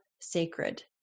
sacred